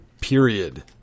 period